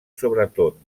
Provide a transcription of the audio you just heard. sobretot